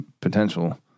potential